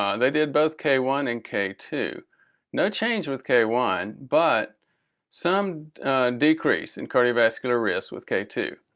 ah they did both k one and k two no change with k one but some decrease in cardiovascular risk with k two.